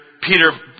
Peter